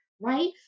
right